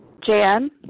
Jan